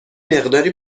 مقداری